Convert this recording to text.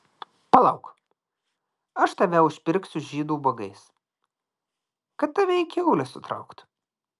palauk aš tave užpirksiu žydų ubagais kad tave į kiaulę sutrauktų